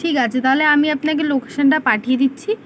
ঠিক আছে তাহলে আমি আপনাকে লোকেশনটা পাঠিয়ে দিচ্ছি